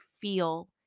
feel